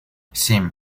семь